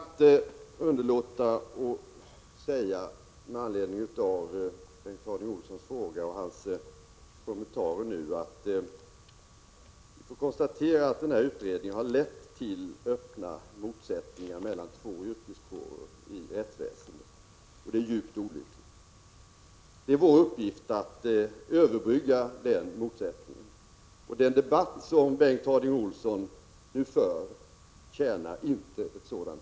Herr talman! Jag kan inte underlåta att framhålla med anledning av Bengt Harding Olsons fråga och kommentarer här att vi får konstatera att den här utredningen har lett till öppna motsättningar mellan två yrkeskårer i rättsväsendet, och det är djupt olyckligt. Det är vår uppgift att överbrygga dessa motsättningar. Den debatt som Bengt Harding Olson nu för tjänar inte det syftet.